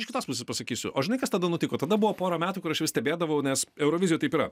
iš kitos pusės pasakysiu o žinai kas tada nutiko tada buvo porą metų kur aš vis stebėdavau nes eurovizijoj taip yra